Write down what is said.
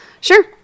Sure